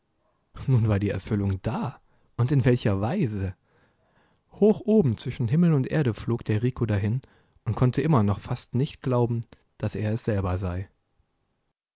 nun war die erfüllung da und in welcher weise hoch oben zwischen himmel und erde flog der rico dahin und konnte immer noch fast nicht glauben daß er es selber sei